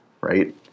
Right